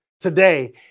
Today